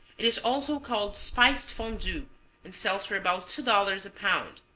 it is also called spiced fondue and sells for about two dollars a pound.